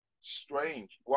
strange